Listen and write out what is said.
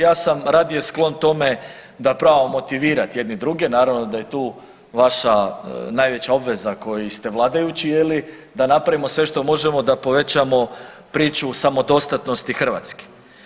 Ja sam radije sklon tome da probamo motivirat jedni druge, naravno da je tu vaša najveća obveza koji ste vladajući je li da napravimo sve što možemo da povećamo priču samodostatnosti Hrvatske.